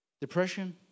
depression